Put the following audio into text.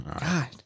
God